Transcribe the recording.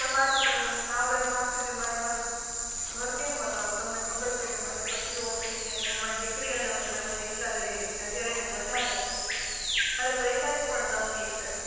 પણ માસી તમે મને સાવ રજા આપી દો મારે મારુ ઘર કેમ હલાવું તમને ખબર છે કે મારા પતિ ઓફ થઈ ગયા છે હું મારી દીકરી અને અમે બંને એકલા રહીએ છીએ અત્યારે એને મજા નથી મારે પૈસાની પણ તંગી છે